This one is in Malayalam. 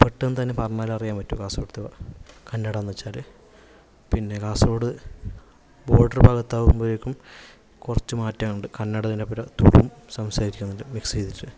പെട്ടെന്നു തന്നെ പറഞ്ഞാൽ അറിയാന് പറ്റും കാസര്ഗോഡത്തെ കന്നഡ എന്നു വെച്ചാൽ പിന്നെ കാസര്ഗോഡ് ബോര്ഡര് ഭാഗത്ത് ആകുമ്പോഴേക്കും കുറച്ചു മാറ്റം ഉണ്ട് കന്നഡ പോലെ തന്നെ തുളും സംസാരിക്കുന്നുണ്ട് മിക്സ് ചെയ്തിട്ട്